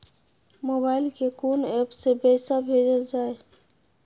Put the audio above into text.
Mobile के कोन app से पैसा भेजल जाए?